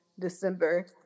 December